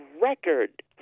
record